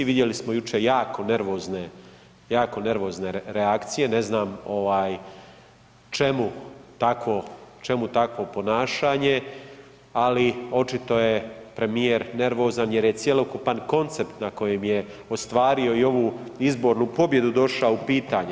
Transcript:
Vidjeli smo jučer jako nervozne, jako nervozne reakcije, ne znam ovaj čemu tako, čemu tako ponašanje ali očito je premijer nervozan jer je cjelokupan koncept na kojem je ostvario i ovu izbornu pobjedu došao u pitanje.